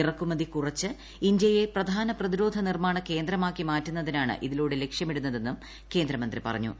ഇറക്കുമതി കുറച്ച് ഇന്ത്യയെ പ്രധാന പ്രതിരോധ നിർമ്മാണ കേന്ദ്രമാക്കി മാറ്റുന്നതിനാണ് ഇതിലൂടെ ലക്ഷ്യമിടുന്നതെന്നും കേന്ദ്രമന്ത്രി പറഞ്ഞു